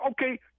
okay